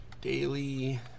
Daily